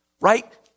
right